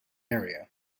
area